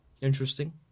Interesting